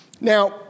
Now